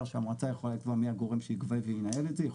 שהמועצה יכולה לקבוע מי הגורם שיגבה וינהל את זה,